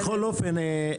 בכל אופן,